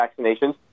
vaccinations